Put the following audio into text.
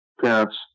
parents